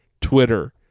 Twitter